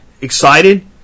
excited